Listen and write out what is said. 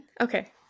Okay